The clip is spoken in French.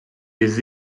les